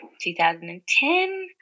2010